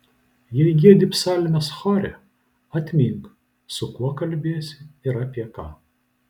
jei giedi psalmes chore atmink su kuo kalbiesi ir apie ką